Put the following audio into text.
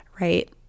right